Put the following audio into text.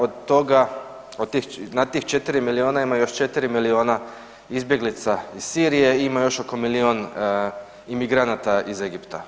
Od toga, na tih 4 milijuna ima još 4 milijuna izbjeglica iz Sirije, imaju još oko milijun imigranata iz Egipta.